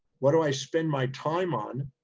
what do i spend my time on?